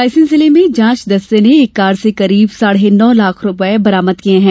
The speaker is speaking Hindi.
रायसेन जिले में जांच दस्ते ने एक कार से करीब साढ़े नौ लाख रूपये बरामद किये हैं